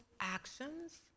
actions